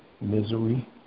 misery